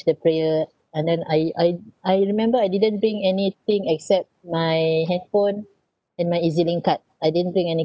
the prayer and then I I I remember I didn't bring anything except my handphone and my E_Z link card I didn't bring any